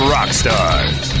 Rockstars